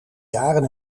jaren